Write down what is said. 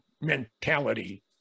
mentality